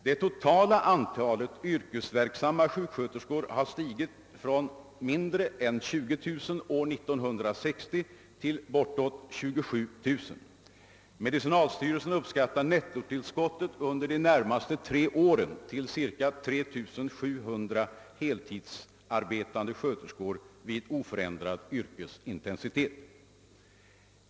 Det totala antalet yrkesverksamma sjuksköterskor har stigit från inte mindre än 20 000 år 1960 till bortåt 27000. Medicinalstyrelsen uppskattar nettotillskottet under de närmaste tre åren till cirka 3 700 heltidsarbetande sköterskor vid oförändrad yrkesintensitet.